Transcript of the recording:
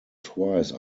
twice